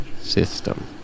system